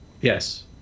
Yes